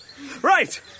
Right